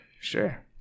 Sure